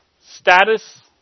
status